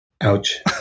Ouch